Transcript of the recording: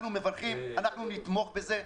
אנחנו מברכים, אנחנו נתמוך בזה,